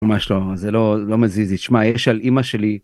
ממש לא זה לא זה לא מזיז לי, תשמע יש על אמא שלי.